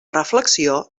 reflexió